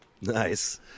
Nice